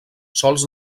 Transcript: sols